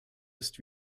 ist